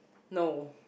no